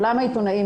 למה עיתונאים?